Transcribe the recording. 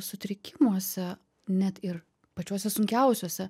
sutrikimuose net ir pačiuose sunkiausiuose